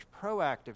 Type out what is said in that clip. proactive